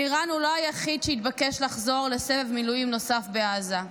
אלירן הוא לא היחיד שהתבקש לחזור לסבב מילואים נוסף בעזה.